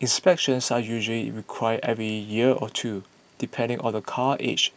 inspections are usually required every year or two depending on the car's age